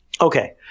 Okay